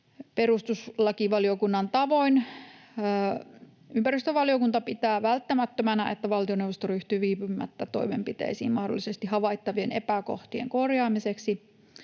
Perustuslakivaliokunnan tavoin ympäristövaliokunta pitää välttämättömänä, että valtioneuvosto ryhtyy viipymättä toimenpiteisiin mahdollisesti havaittavien epäkohtien korjaamiseksi